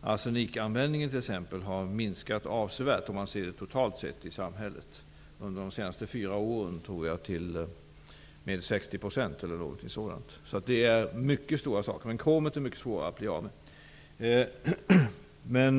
Arsenikanvändningen har t.ex. minskat avsevärt totalt sett i samhället. Jag tror att den har minskat med 60 % under de senaste fyra åren. Det har hänt mycket stora saker där, men kromet är mycket svårare att bli av med.